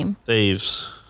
thieves